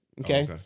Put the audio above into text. okay